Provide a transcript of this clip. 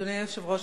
אדוני היושב-ראש,